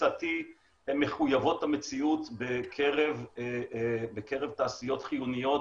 לתפיסתי הן מחויבות המציאות בקרב תעשיות חיוניות